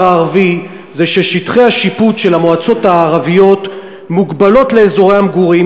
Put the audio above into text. הערבי זה ששטחי השיפוט של המועצות הערביות מוגבלים לאזורי המגורים,